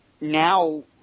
now